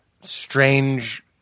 strange